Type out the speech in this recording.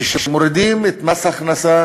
כשמורידים את מס ההכנסה